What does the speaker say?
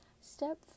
Step